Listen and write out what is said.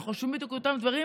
שחושבים בדיוק אותם דברים,